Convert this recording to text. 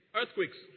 earthquakes